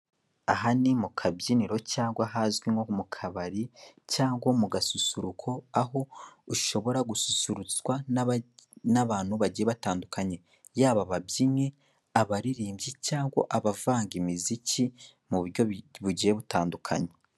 Aha ni mu kabyiniro cyangwa ahazwi nko mu kabari cyangwa mu gasusuruko aho ushobora gususuruswa n'abantu bagiye batandukanye yaba ababyinnyi, abaririmbyi cyangwa abavanga imiziki mu buryo bugiye butandukanye.